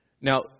Now